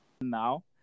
Now